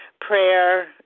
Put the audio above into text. prayer